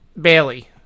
Bailey